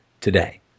today